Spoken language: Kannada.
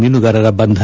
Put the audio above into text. ಮೀನುಗಾರರ ಬಂಧನ